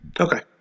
Okay